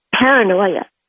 paranoia